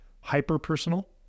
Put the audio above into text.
hyper-personal